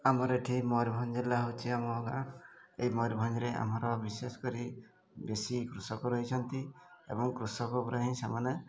ଆମର ଏଠି ମୟୂରଭଞ୍ଜ ଜିଲ୍ଲା ହେଉଛି ଆମ ଗାଁ ଏଇ ମୟୂରଭଞ୍ଜରେ ଆମର ବିଶେଷ କରି ବେଶୀ କୃଷକ ରହିଛନ୍ତି ଏବଂ କୃଷକ ଉପରେ ହିଁ ସେମାନେ